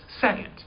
second